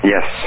Yes